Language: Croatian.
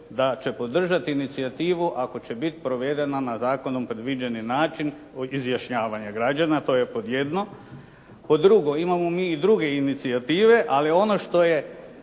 da će podržati inicijativu ako će biti provedena nad zakonom predviđeni način izjašnjavanja građana, to je pod jedno. Pod drugo, imamo mi i druge inicijative, ali ono što je